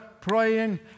praying